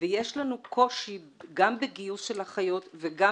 ויש לנו קושי גם בגיוס של אחיות וגם